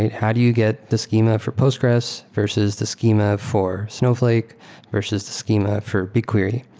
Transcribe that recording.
how do you get the schema for postgres versus the schema for snowflake versus the schema for bigquery?